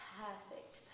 perfect